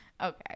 okay